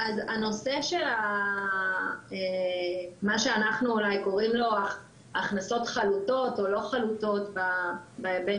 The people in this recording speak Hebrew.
הנושא של מה שאנחנו אולי קוראים לו הכנסות חלוטות או לא חלוטות בהיבט